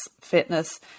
fitness